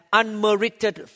unmerited